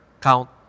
count